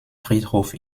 friedhof